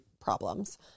problems